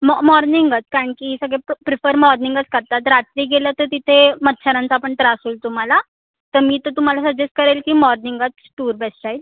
म मॉर्निंगच कारण की सगळे प्रिफर मॉर्निंगच करतात रात्री गेलं तर तिथे मच्छरांचा पण त्रास होईल तुम्हाला तर मी तर तुम्हाला सजेस्ट करेल की मॉर्निंगच टूर बेस्ट राहील